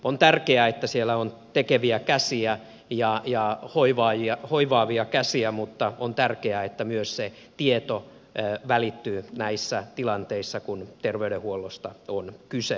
on tärkeää että siellä on tekeviä käsiä ja hoivaavia käsiä mutta on tärkeää että myös se tieto välittyy näissä tilanteissa kun terveydenhuollosta ja sairaudenhoidosta on kyse